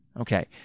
Okay